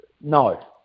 No